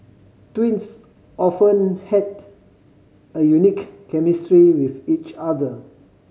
twins often had a unique chemistry with each other